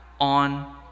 on